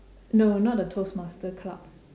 no not the toastmaster club